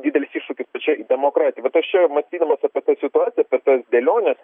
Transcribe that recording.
didelis iššūkis pačiai demokratijai vat aš čia mąstydamas apie tas situacijas apie tas dėliones